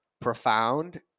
profound